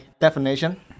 definition